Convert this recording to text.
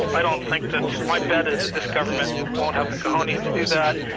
i don't think that, my bet is that this government won't have the cojones to do that.